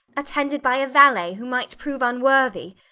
attended by a valet who might prove unworthy?